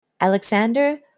Alexander